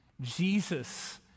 Jesus